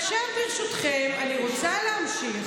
ועכשיו, ברשותכם, אני רוצה להמשיך